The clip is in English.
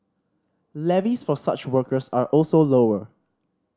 Levies for such workers are also lower